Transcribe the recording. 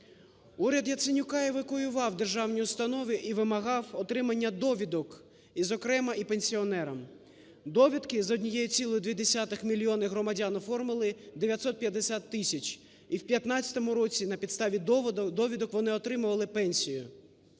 Уряд Яценюка евакуював державні установи і вимагав отримання довідок, і, зокрема, і пенсіонерам. Довідки з 1,2 мільйонів громадян оформили 950 тисяч, і в 2015 році на підставі довідок вони отримували пенсію.